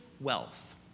wealth